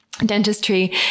dentistry